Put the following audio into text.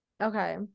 okay